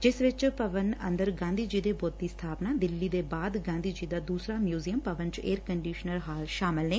ਜਿਸ ਵਿਚ ਭਵਨ ਅੰਦਰ ਗਾਧੀ ਜੀ ਦੇ ਬ੍ਰੱਤ ਦੀ ਸਬਾਪਨਾ ਦਿੱਲੀ ਦੇ ਬਾਅਦ ਗਾਧੀ ਜੀ ਦਾ ਦੁਸਰਾ ਮਿਉਂਜੀਅਮ ਭਵਨ ਚ ਏਅਰ ਕੰਡੀਸ਼ਨਡ ਹਾਲ ਸ਼ਾਮਲ ਨੇ